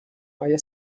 های